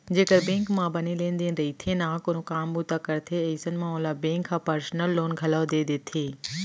जेकर बेंक म बने लेन देन रइथे ना कोनो काम बूता करथे अइसन म ओला बेंक ह पर्सनल लोन घलौ दे देथे